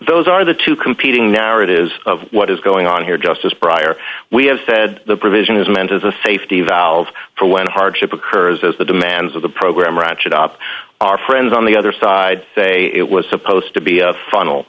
those are the two competing narratives of what is going on here just as prior we have said the provision is meant as a safety valve for when hardship occurs as the demands of the program ratchet up our friends on the other side say it was supposed to be a f